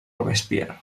robespierre